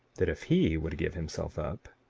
that if he would give himself up,